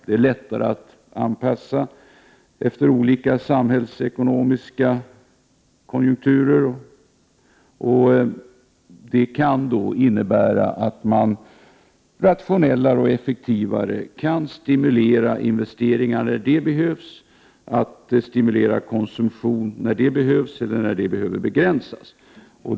Det är lättare att anpassa till olika samhällsekonomiska konjunkturer, och det kan innebära att man rationellare och effektivare kan stimulera investeringar och konsumtion när det behövs eller tvärtom.